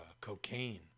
cocaine